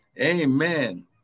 Amen